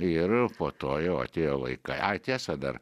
ir po to jau atėjo laikai ai tiesa dar